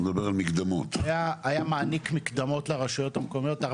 היה מעניק מקדמות לרשויות המקומיות,